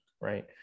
right